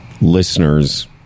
listeners